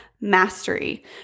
mastery